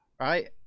Right